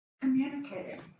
Communicating